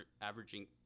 averaging